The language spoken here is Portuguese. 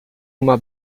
uma